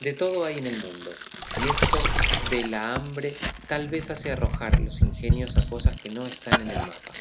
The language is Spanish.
de todo hay en el mundo y esto de la hambre tal vez hace arrojar los ingenios a cosas que no están en el mapa